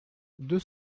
deux